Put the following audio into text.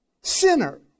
sinner